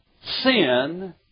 sin